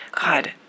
God